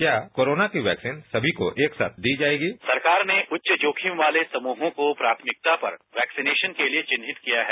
क्या कोरोना की वैक्सीन सभी को एक साथ दी जाएगी सरकार ने उच्च जोखिम वाले समूहों को प्राथमिकता पर वैक्सीनेशन के लिए विन्नहित किया है